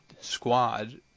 squad